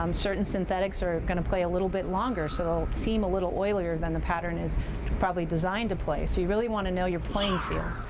um certain synthetics are going to play a little bit longer, so seem a little oilier then the pattern is probably designed to play. so, you really want to know your playing field.